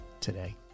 today